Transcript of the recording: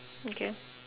okay